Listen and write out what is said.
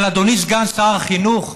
אבל אדוני סגן שר החינוך,